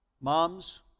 Moms